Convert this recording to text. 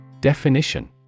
Definition